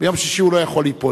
ביום שישי הוא לא יכול ליפול,